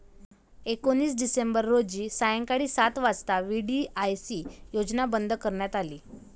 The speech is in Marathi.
एकोणीस डिसेंबर रोजी सायंकाळी सात वाजता व्ही.डी.आय.सी योजना बंद करण्यात आली